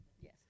Yes